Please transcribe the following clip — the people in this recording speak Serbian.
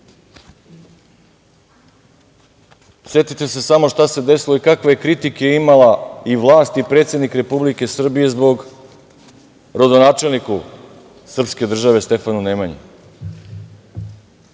Setite se šta se desilo i kakve kritike je imala i vlast i predsednik Republike Srbije zbog rodonačelnika srpske države Stefana Nemanje.